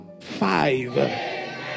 five